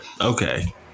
Okay